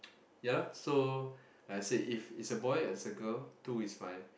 ya lah so like I said if it's a boy it's a girl two is fine